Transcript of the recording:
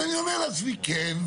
אז אני אומר לעצמי: כן,